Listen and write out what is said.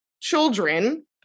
children